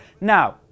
Now